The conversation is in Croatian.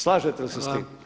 Slažete li se s tim?